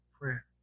prayer